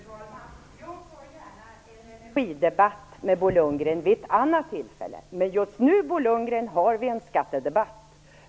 Fru talman! Jag för gärna en energidebatt med Bo Lundgren vid ett annat tillfälle. Men just nu har vi en skattedebatt.